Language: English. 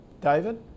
david